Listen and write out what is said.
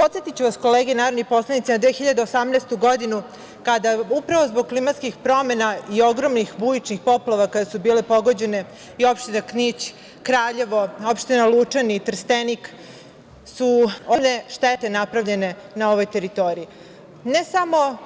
Podsetiću vas, kolege narodni poslanici, na 2018. godinu, kada upravo zbog klimatskih promena i ogromnih bujičnih poplava, kojima su bile pogođene i opština Knić, Kraljevo, opština Lučani i Trstenik, ogromne su štete napravljene na ovoj teritoriji, ne samo